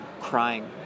crying